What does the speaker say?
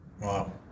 Wow